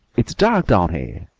it's dark down here!